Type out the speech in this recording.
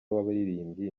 w’abaririmbyi